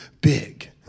big